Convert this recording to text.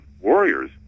Warriors